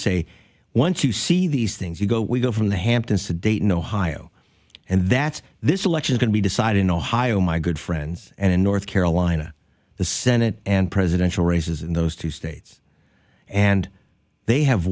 say once you see these things you go we go from the hamptons to dayton ohio and that's this election going to be decided in ohio my good friends and in north carolina the senate and presidential races in those two states and they have